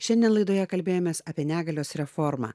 šiandien laidoje kalbėjomės apie negalios reformą